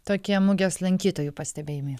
tokie mugės lankytojų pastebėjimai